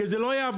כי זה לא יעבוד,